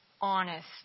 honest